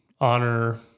honor